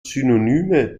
synonyme